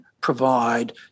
provide